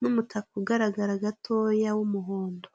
n'umutaka ugaragara gatoya w'umuhondo.